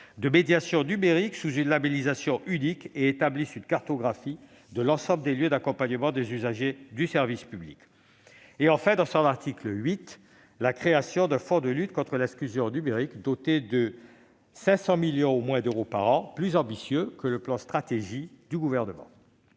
de médiation numérique sous une labellisation unique et établisse une cartographie de l'ensemble des lieux d'accompagnement des usagers du service public ». Enfin, dans son article 8, ce texte vise à créer un fonds de lutte contre l'exclusion numérique, doté d'au moins 500 millions d'euros par an, donc plus ambitieux que la stratégie nationale